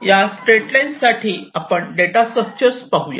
या straight lines साठी आपण डेटा स्ट्रक्चर पाहूया